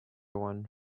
one